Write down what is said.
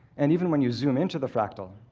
and even when you zoom into the fractal,